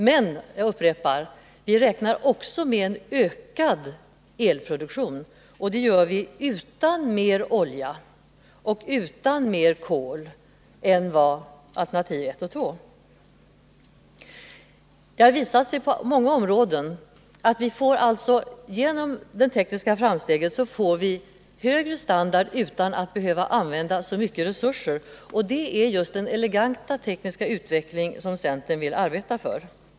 Men jag upprepar att vi räknar också med en ökad elproduktion, och det gör vi utan att använda mer olja och kol än vad alternativen 1 och 2 innebär. Det har visat sig på många områden att vi genom de tekniska framstegen får högre standard utan att behöva använda så mycket naturresurser. Det är just den eleganta tekniska utveckling som centern vill arbeta för.